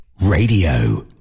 radio